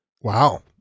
wow